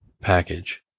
package